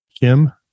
Kim